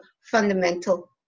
fundamental